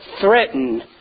threaten